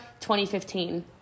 2015